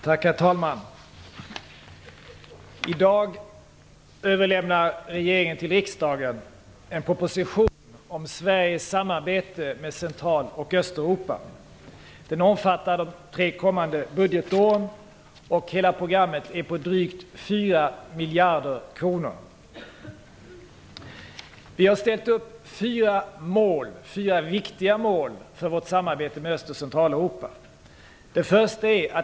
Herr talman! I dag överlämnar regeringen till riksdagen en proposition om Sveriges samarbete med Central och Östeuropa. Den omfattar de tre kommande budgetåren, och hela programmet är på drygt 4 Vi har ställt upp fyra viktiga mål för vårt samarbete med Öst och Centraleuropa. 1.